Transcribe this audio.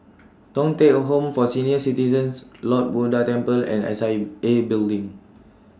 Thong Teck Home For Senior Citizens Lord Buddha Temple and S I A Building